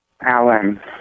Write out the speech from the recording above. Alan